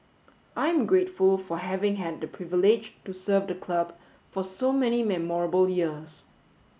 I'm grateful for having had the privilege to serve the club for so many memorable years